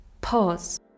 Pause